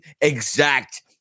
exact